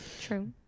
True